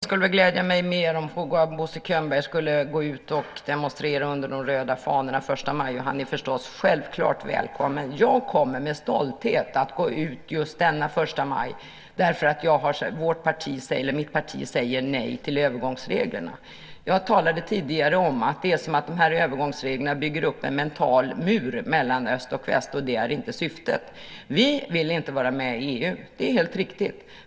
Fru talman! Ingenting skulle väl glädja mig mer än om Bo Könberg skulle gå ut och demonstrera under de röda fanorna första maj. Han är förstås självklart välkommen. Jag kommer med stolthet att gå ut just denna första maj, för mitt parti säger nej till övergångsreglerna. Jag talade tidigare om att det är som att de här övergångsreglerna bygger upp en mental mur mellan öst och väst, och det är inte syftet. Vi vill inte vara med i EU, det är helt riktigt.